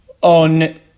on